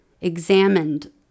examined